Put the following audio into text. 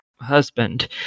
husband